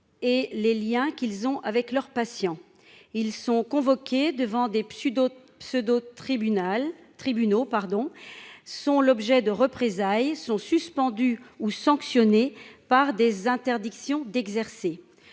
et les Liens qu'ils ont avec leurs patients, ils sont convoqués devant des pseudo tribunal tribunaux pardon sont l'objet de représailles sont suspendu ou sanctionné par des interdictions d'exercer